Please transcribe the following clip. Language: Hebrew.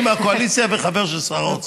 אני מהקואליציה וחבר של שר האוצר.